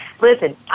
listen